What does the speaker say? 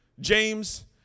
James